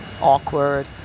awkward